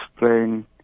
explain